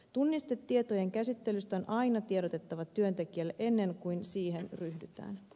tunnistetietojen käsittelystä on aina tiedotettava työntekijälle ennen kuin siihen ryhdytään